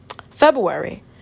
February